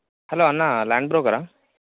hello అన్న land బ్రోకరా